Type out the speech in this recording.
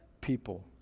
people